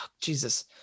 Jesus